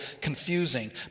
confusing